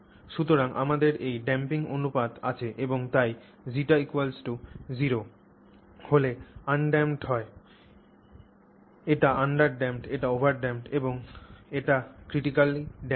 সুতরাং আমাদের এই ড্যাম্পিং অনুপাত আছে এবং তাই ζ 0 হলে আনড্যাম্পড হয় এটি আন্ডারড্যাম্পড এটি ওভারড্যাম্পড এবং এটি ক্রিটিকালি ড্যাম্পড